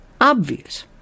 obvious